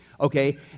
Okay